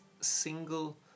single